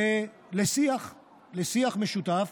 לשיח משותף